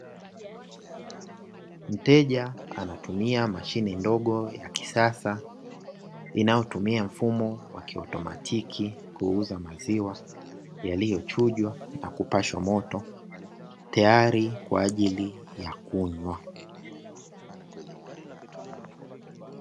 Mteja anatumia mashine ndogo ya kisasa inayotumia mfumo wa kiautomatiki, kuuza maziwa yaliyochujwa na kupashwa moto tayari kwa ajili ya kunywa.